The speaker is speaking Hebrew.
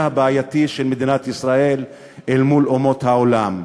הבעייתי של מדינת ישראל אל מול אומות העולם.